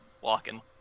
walking